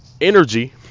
energy